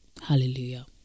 Hallelujah